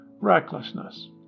recklessness